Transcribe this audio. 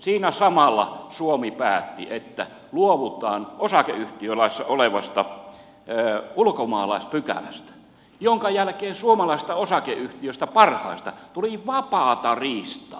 siinä samalla suomi päätti että luovutaan osakeyhtiölaissa olevasta ulkomaalaispykälästä jonka jälkeen parhaista suomalaisista osakeyhtiöistä tuli vapaata riistaa